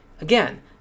Again